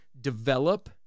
develop